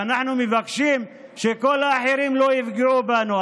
ואנחנו מבקשים שכל האחרים לא יפגעו בנו.